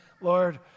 Lord